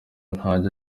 ntajya